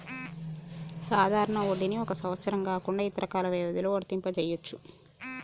సాధారణ వడ్డీని ఒక సంవత్సరం కాకుండా ఇతర కాల వ్యవధిలో వర్తింపజెయ్యొచ్చు